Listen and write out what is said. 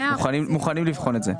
מוכנים לבחון את זה.